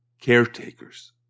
caretakers